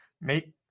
Make